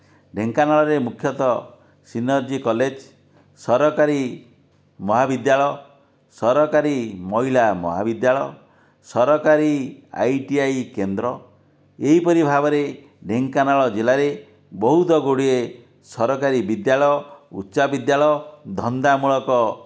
ଢେଙ୍କାନାଳରେ ମୁଖ୍ୟତଃ synergy college ସରକାରୀ ମହାବିଦ୍ୟାଳୟ ସରକାରୀ ମହିଳା ମହାବିଦ୍ୟାଳୟ ସରକାରୀ ଆଇ ଟି ଆଇ କେନ୍ଦ୍ର ଏହିପରି ଭାବରେ ଢେଙ୍କାନାଳ ଜିଲ୍ଲାରେ ବହୁତ ଗୁଡ଼ିଏ ସରକାରୀ ବିଦ୍ୟାଳୟ ଉଚ୍ଚ ବିଦ୍ୟାଳୟ ଧନ୍ଦାମୂଳକ